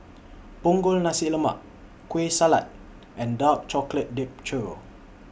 Punggol Nasi Lemak Kueh Salat and Dark Chocolate Dipped Churro